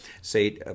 say